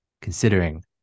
considering